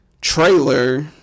trailer